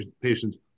patients